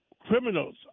criminals